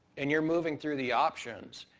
and you're moving through the options,